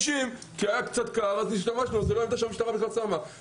היה קצת קר אז השתמשנו, אבל המשטרה לא שמה את זה.